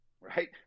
right